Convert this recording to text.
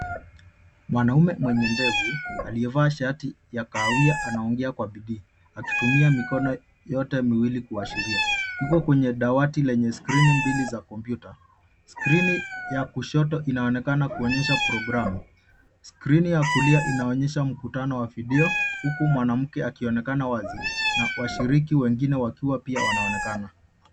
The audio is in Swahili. Mwanaume mwenye ndevu, aliyevaa shati ya kahawia anaongea kwa bidii akitumia mikono yote miwili kuashiria. Yuko kwenye dawati lenye skrini mbili za kompyuta. Skrini ya kushoto inaonekana kuonyesha programu. Skrini ya kulia inaonyesha mkutano wa video huku mwanamke akionekana wazi na washiriki wengine wakiwa pia wanaonekana.